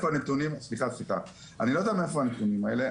סליחה, אני לא יודע מאיפה הנתונים האלה.